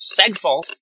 segfault